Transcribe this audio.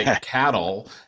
cattle